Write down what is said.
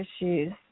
issues